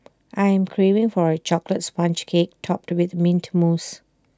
I am craving for A Chocolate Sponge Cake Topped with Mint Mousse